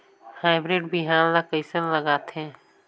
Hybrid बिहान ला कइसन लगाथे?